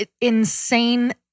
insane